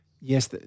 Yes